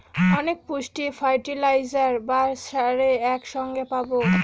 অনেক পুষ্টি ফার্টিলাইজার বা সারে এক সঙ্গে পাবো